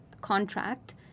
contract